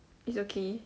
it's okay